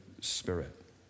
Spirit